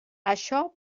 això